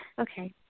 Okay